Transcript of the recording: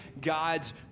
God's